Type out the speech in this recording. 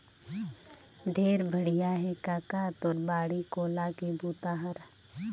ढेरे बड़िया हे कका तोर बाड़ी कोला के बूता हर